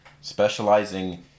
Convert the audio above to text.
specializing